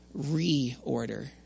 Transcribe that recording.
reorder